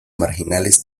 marginales